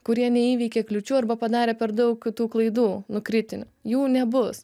kurie neįveikė kliūčių arba padarė per daug tų klaidų nu kritinių jų nebus